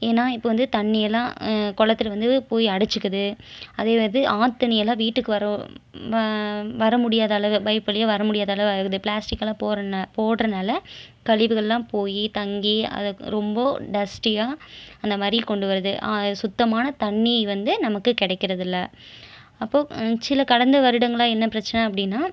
ஏன்னா இப்போ வந்து தண்ணீர் லான் கொளத்தில் வந்து போய் அடைச்சிக்கிது அதே வந்து ஆற்று நீர்லாம் வீட்டுக்கு வர வரமுடியாத அளவு பைப் வழியாக வர முடியாத அளவு ஆகுது ப்ளாஸ்டிக்கலாம் போடுறன போடுறனால கழிவுகள்லாம் போய் தங்கி அதை ரொம்ப டஸ்ட்டியாக அந்த மாதிரி கொண்டு வருது சுத்தமான தண்ணீர் வந்து நமக்கு கிடைக்கிறதில்ல அப்போது சில கடந்த வருடங்களாக என்ன பிரச்சனை அப்படின்னா